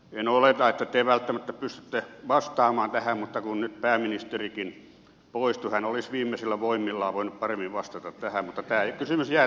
en oleta että te välttämättä pystytte vastaamaan tähän mutta kun nyt pääministerikin poistui hän olisi viimeisillä voimillaan voinut paremmin vastata tähän tämä kysymys jää teille nyt